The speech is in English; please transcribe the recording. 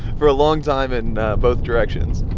for a long time in both directions.